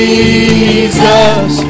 Jesus